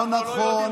לא נכון.